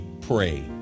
pray